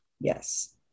Yes